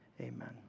Amen